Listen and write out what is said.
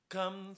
Come